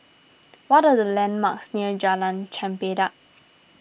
what are the landmarks near Jalan Chempedak